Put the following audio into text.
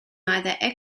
neither